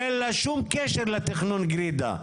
אין לה שם קשר לתכנון גרידא.